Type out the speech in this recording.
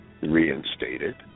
reinstated